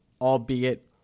albeit